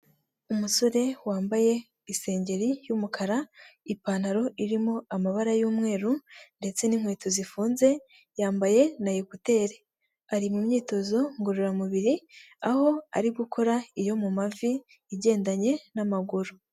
Umusore wambaye isengeri y'umukara, ipantaro irimo amabara y'umweru ndetse n'inkweto zifunze, yambaye na ekuteri. Ari mu myitozo ngororamubiri aho arigukora iyo mu mavi igendanye n'amaguru.